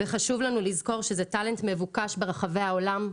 חשוב לנו לזכור שזה טאלנט מבוקש ברחבי העולם,